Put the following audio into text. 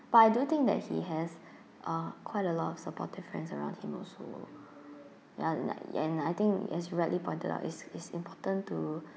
but I do think that he has uh quite a lot of supportive friends around him also ya and like and I think as you rightly pointed out it's it's important to